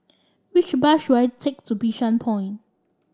which bus should I take to Bishan Point